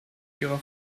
ihrer